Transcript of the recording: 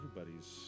everybody's